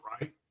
right